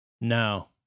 no